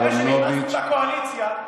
אחרי שנכנסנו לקואליציה,